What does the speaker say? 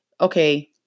okay